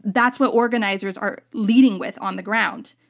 that's what organizers are leading with on the ground.